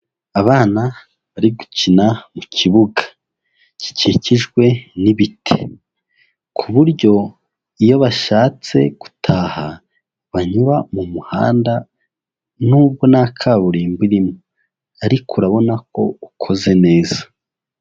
Abana bari gukina mu kibuga. Gikikijwe n'ibiti. Ku buryo iyo bashatse gutaha, banyura mu muhanda, nubwo nta kaburimbo irimo. Ariko urabona ko ukoze neza.